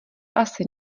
asi